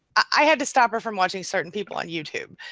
i had to stop her from watching certain people on youtube,